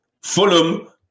Fulham